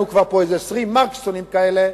כי היו לנו פה כבר 20 "מרקסטונים" כאלה,